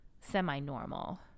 semi-normal